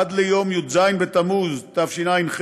עד ליום י"ז בתמוז תשע"ח,